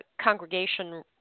congregation